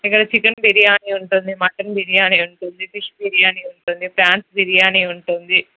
ఇక్కడ చికెన్ బిర్యానీ ఉంటుంది మటన్ బిర్యానీ ఉంటుంది ఫిష్ బిర్యానీ ఉంటుంది ప్రాన్స్ బిర్యానీ ఉంటుంది